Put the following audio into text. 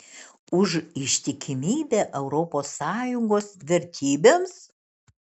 už ištikimybę europos sąjungos vertybėms